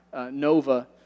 Nova